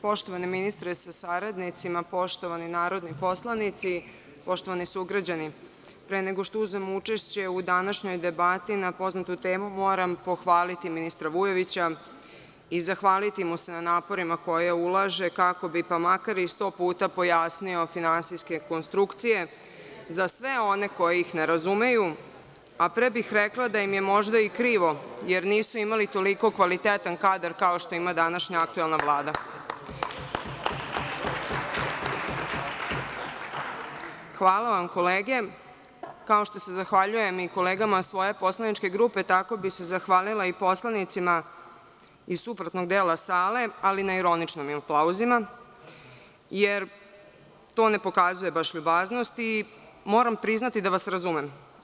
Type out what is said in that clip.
Poštovani ministre sa saradnicima, poštovani narodni poslanici, poštovani sugrađani, pre nego što uzmem učešće u današnjoj debati na poznatu temu, moram pohvaliti ministra Vujovića i zahvaliti mu se na naporima koje ulaže kako bi, pa makar, i 100 puta pojasnio finansijske konstrukcije za sve one koje ih ne razumeju, a pre bih rekla da im je možda i krivo, jer nisu imali toliko kvalitetan kadar kao što ima današnja aktuelna Vlada. [[Aplauz.]] Hvala vam kolege, kao što se zahvaljujem i kolegama svoje poslaničke grupe, tako bih se zahvalila i poslanicima iz suprotnog dela sale, ali na ironičnom aplauzu, jer to ne pokazuje baš ljubaznost i moram priznati da vas razumem.